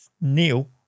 neil